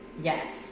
yes